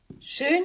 Schön